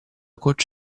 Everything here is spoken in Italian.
coach